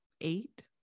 Eight